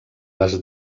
les